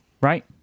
right